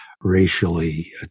racially